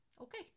Okay